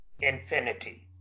Infinity